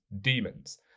demons